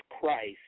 Christ